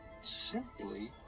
simply